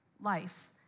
life